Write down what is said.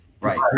Right